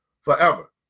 forever